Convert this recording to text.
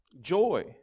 joy